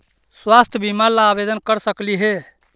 स्वास्थ्य बीमा ला आवेदन कर सकली हे?